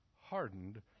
hardened